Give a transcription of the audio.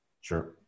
Sure